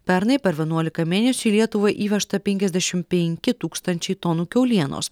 pernai per vienuolika mėnesių į lietuvą įvežta penkiasdešim penki tūkstančiai tonų kiaulienos